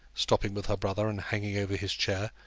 stopping with her brother, and hanging over his chair.